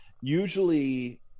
usually